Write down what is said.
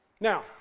Now